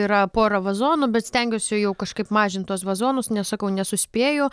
yra pora vazonų bet stengiuosi jau kažkaip mažinti tuos vazonus nes sakau nesuspėju